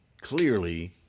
clearly